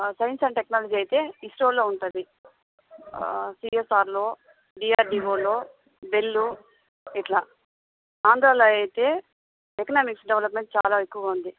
science and technology అయితే ఇస్రోలో ఉంటుంది సిఎస్ఆర్లో డిఆర్డివోలో బెల్ ఇలా ఆంధ్రాలో అయితే ఎకనామిక్స్ డెవలప్మెంట్ చాలా ఎక్కువగా ఉంది